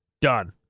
Done